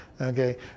Okay